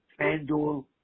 FanDuel